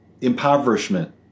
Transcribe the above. impoverishment